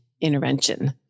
intervention